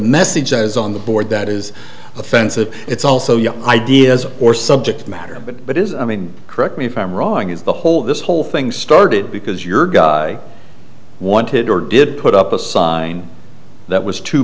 messages on the board that is offensive it's also your ideas or subject matter but it is i mean correct me if i'm wrong is the whole this whole thing started because your guy wanted or did put up a sign that was too